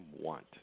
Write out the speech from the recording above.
want